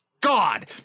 God